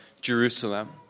Jerusalem